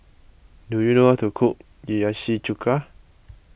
do you know how to cook Hiyashi Chuka